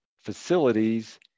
facilities